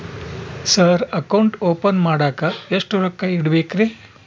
Sir account open ಮಾಡಾಕ ಎಷ್ಟು ರೊಕ್ಕ ಇಡಬೇಕ್ರಿ?